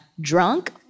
drunk